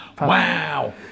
Wow